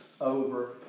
over